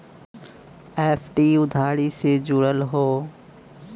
FD उधारी से जुड़ल हौ